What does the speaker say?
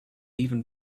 even